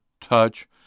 touch